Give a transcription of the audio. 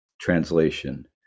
translation